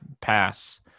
pass